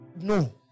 no